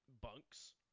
bunks